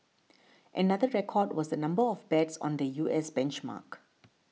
another record was the number of bets on the U S benchmark